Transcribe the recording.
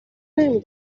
نمی